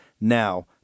now